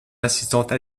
assistante